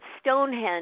Stonehenge